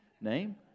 name